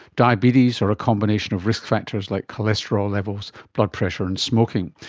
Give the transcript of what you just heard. diabetes, or a combination of risk factors like cholesterol levels, blood pressure and smoking.